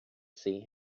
see